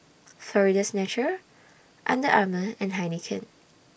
Florida's Natural Under Armour and Heinekein